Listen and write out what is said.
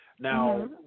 Now